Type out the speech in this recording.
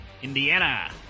Indiana